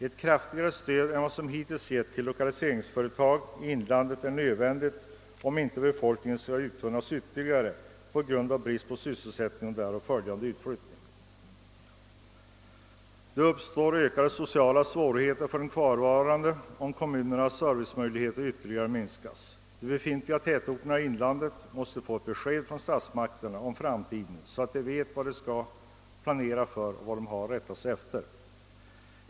Ett kraftigare stöd än vad som hittills getts till lokaliseringsföretag i inlandet är nödvändigt om inte befolkningen skall uttunnas ytterligare på grund av brist på sysselsättning och därav följande utflyttning. Det uppstår ökade sociala svårigheter för de kvarvarande om kommunernas servicemöjligheter ytterligare minskar. De befintliga tätorterna i inlandet måste få ett besked rån statsmakterna om framtiden, så att de vet vad de skall planera för och rad de har att rätta sig efter.